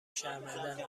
شرمنده